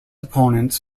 opponents